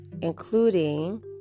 including